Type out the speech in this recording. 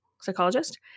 psychologist